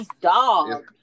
dog